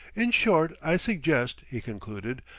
in short, i suggest, he concluded,